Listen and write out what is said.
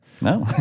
no